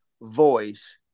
voice